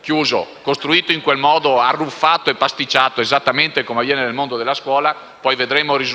chiuso ma costruito in quel modo arruffato e pasticciato (esattamente come avviene nel mondo della scuola), ma vedremo -